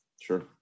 sure